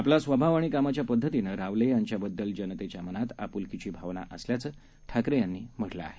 आपलास्वभावआणिकामाच्यापद्धतीनंरावलेयांच्याबद्दलजनतेच्यामनातआपुलकीचीभावनाअसल्याचंठाकरेयांनीम्हटलंआहे